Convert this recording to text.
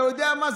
אתה יודע מה,